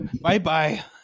Bye-bye